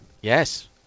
Yes